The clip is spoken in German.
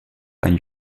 ein